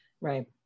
right